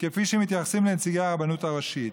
כפי שמתייחסים לנציגי הרבנות הראשית.